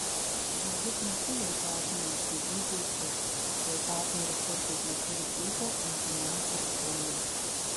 žmogus nesijaučia asmeniškai įžeistas jei partneris kartais neturi ūpo intymiam artumui